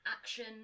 action